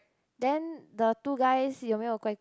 then the two guys you mei you guai